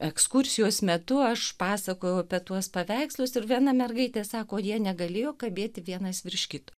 ekskursijos metu aš pasakojau apie tuos paveikslus ir viena mergaitė sako o jie negalėjo kabėti vienas virš kito